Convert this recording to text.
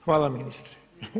Hvala ministre.